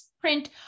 print